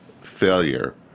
failure